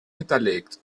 hinterlegt